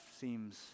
seems